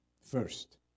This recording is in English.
First